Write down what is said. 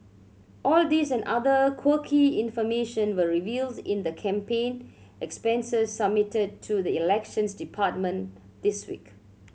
all these and other quirky information were revealed in the campaign expenses submitted to the Elections Department this week